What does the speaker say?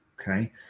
Okay